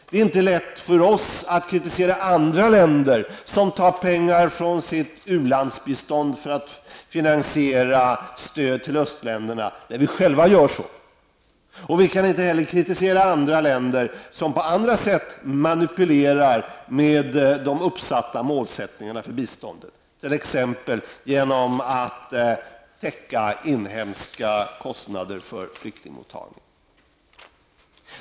Det är inte lätt för oss att kritisera andra länder som tar pengar från sitt ulandsbistånd för att finansiera stöd till östeuropeiska länder när vi själva gör det. Vi kan inte heller kritisera andra länder som på andra sätt manipulerar med de uppsatta målen för biståndet, t.ex. genom att täcka inhemska kostnader för flyktingmottagning.